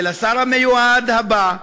ולשר המיועד הבא,